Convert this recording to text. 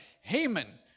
Haman